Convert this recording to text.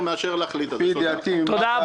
תנו לנו להציל חיים.